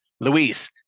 Luis